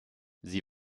sie